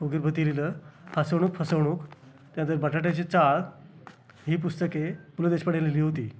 खोगीरभरती लिहिलं हसवणूक फसवणूक त्यानंतर बटाट्याची चाळ ही पुस्तके पु ल देशपांडेनी लिहिली होती